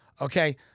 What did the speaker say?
Okay